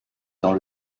dans